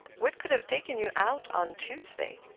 what could have taken you out on tuesday?